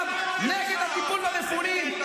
עזוב את הקמפיין השקרי הפופוליסטי הזה,